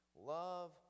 Love